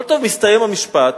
טוב, מסתיים המשפט.